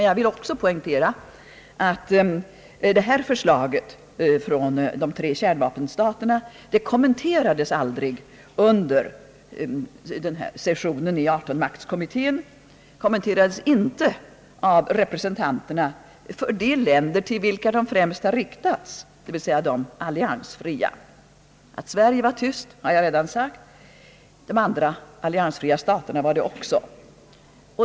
Jag vill emellertid poängtera att förslaget från de tre kärnvapenstaterna aldrig kommenterades under sessionen i 18-maktskommittén. Det kommenterades inte av representanterna för de länder som förslaget främst berör, dvs. de alliansfria länderna. Att Sverige var tyst har jag redan sagt, och de andra alliansfria staterna var det också.